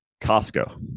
costco